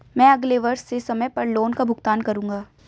मैं अगले वर्ष से समय पर लोन का भुगतान करूंगा